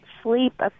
sleep